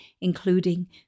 including